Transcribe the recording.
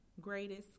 greatest